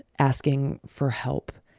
asking for help,